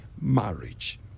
marriage